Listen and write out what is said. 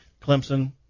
clemson